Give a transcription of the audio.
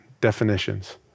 definitions